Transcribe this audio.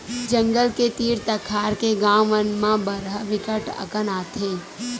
जंगल के तीर तखार के गाँव मन म बरहा बिकट अकन आथे